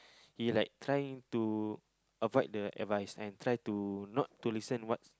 he like trying to avoid the advice and try to not to listen what's